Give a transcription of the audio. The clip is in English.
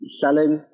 selling